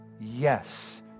Yes